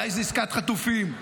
אולי זה עסקת חטופים,